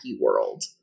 world